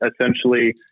essentially